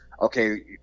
okay